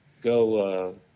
go